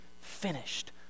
finished